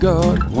God